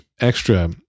extra